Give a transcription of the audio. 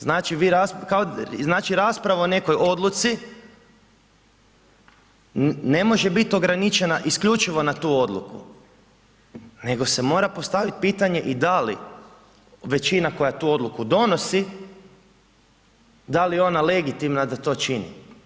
Znači vi, kao, znači rasprava o nekoj odluci ne može biti ograničena isključivo na tu odluku nego se mora postaviti pitanje i da li većina koja tu odluku donosi da li je ona legitimna da to čini?